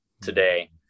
today